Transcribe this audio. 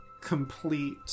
complete